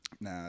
Nah